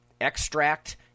extract